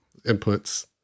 inputs